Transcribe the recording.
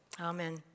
Amen